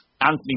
Anthony